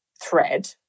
thread